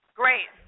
great